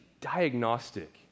diagnostic